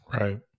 Right